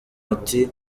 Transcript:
ati